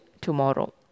tomorrow